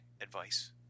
advice